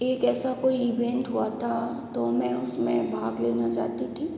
एक ऐसा कोई इवेंट हुआ था तो मैं उस में भाग लेना चाहती थी